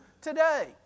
today